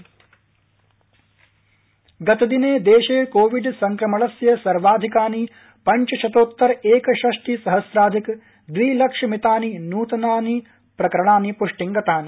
Covid अद्यतन गतदिने देशे कोविड संक्रमणस्य सर्वाधिकानि पंच शतोत्तर एकषष्टि सहस्राधिक द्विलक्षमितानि नूतनानि प्रकरणानि पुष्टिंगतानि